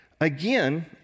Again